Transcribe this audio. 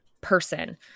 person